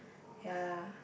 ya